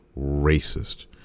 racist